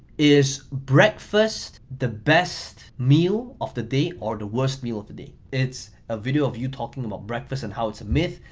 is breakfast the best meal of the day or the worst meal of the day? it's a video of you talking about breakfast and how it's a myth,